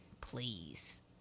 please